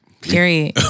Period